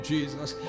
Jesus